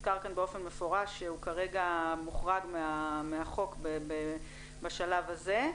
הוזכר פה באופן מפורש שהוא כרגע מוחרג מהחוק בשלב הזה,